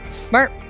Smart